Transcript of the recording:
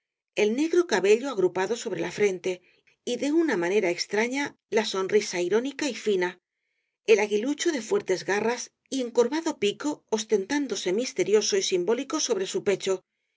el negro cabello agrupado sobre la frente y de una manera extraña la sonrisa irónica y fina el aguilucho de fuertes garras y encorvado pico ostentándose misterioso y simbólico sobre su pecho y